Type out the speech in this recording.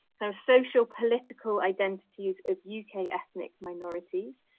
kind of social political identity's of yeah uk ethnic minorities,